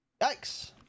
Yikes